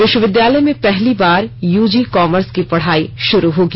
विश्वविद्यालय में पहली बार यूजी कॉमर्स के पढ़ाई शुरू होगी